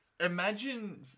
Imagine